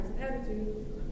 attitude